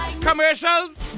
commercials